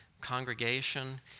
congregation